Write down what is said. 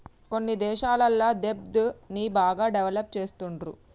కొన్ని దేశాలల్ల దెబ్ట్ ని బాగా డెవలప్ చేస్తుండ్రు